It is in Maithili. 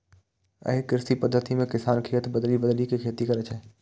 एहि कृषि पद्धति मे किसान खेत बदलि बदलि के खेती करै छै